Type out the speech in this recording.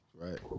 Right